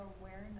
awareness